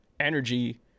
Energy